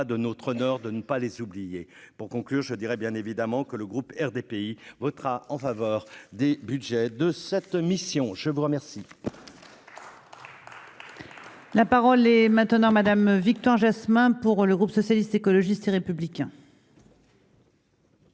de notre nord de ne pas les oublier pour conclure je dirais bien évidemment que le groupe RDPI votera en faveur des Budgets de cette mission, je vous remercie.